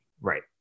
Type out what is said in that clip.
Right